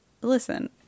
listen